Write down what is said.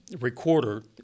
recorder